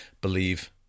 believe